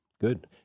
Good